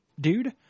dude